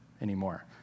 anymore